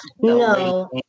no